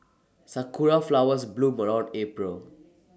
Sakura Flowers bloom around April